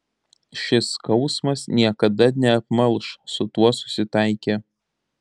šis skausmas niekada neapmalš su tuo susitaikė